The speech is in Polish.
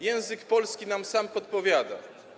Język polski sam nam podpowiada.